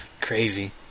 crazy